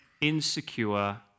insecure